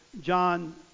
John